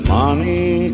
money